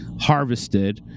harvested